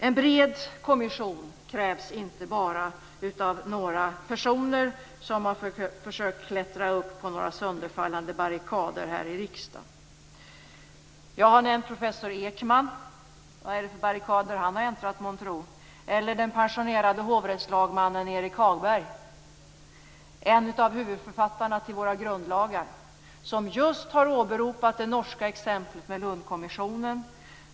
En bred kommission krävs inte bara av några personer som har försökt att klättra upp på några sönderfallande barrikader här i riksdagen. Jag har nämnt professor Ekman. Vad är det för barrikader han har äntrat månntro? Eller den pensionerade hovrättslagmannen Erik Holmberg? Han är en av huvudförfattarna till våra grundlagar, och han har just har åberopat det norska exemplet med Lundkommissionen.